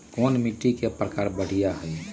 कोन मिट्टी के प्रकार बढ़िया हई?